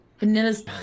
Vanilla's